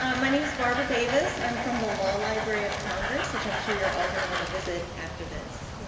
um my name is barbara davis. i'm from the law library of congress, which i'm sure you're all going to want to visit after this,